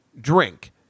drink